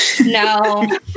No